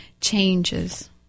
changes